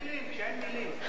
כשאין מלים, כשאין מלים.